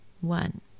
one